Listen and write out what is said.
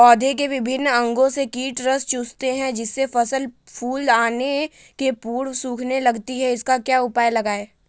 पौधे के विभिन्न अंगों से कीट रस चूसते हैं जिससे फसल फूल आने के पूर्व सूखने लगती है इसका क्या उपाय लगाएं?